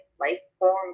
life-form